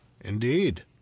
Indeed